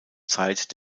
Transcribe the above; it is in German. zeit